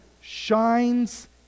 shines